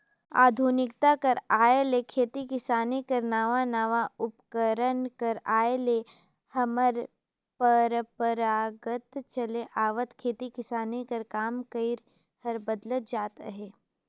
आधुनिकता कर आए ले खेती किसानी कर नावा नावा उपकरन कर आए ले हमर परपरागत चले आवत खेती किसानी कर काम करई हर बदलत जात अहे